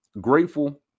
grateful